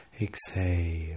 Exhale